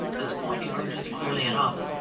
this point emerges clearly enough.